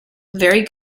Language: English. very